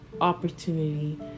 opportunity